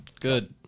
good